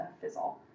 fizzle